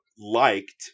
liked